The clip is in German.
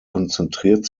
konzentriert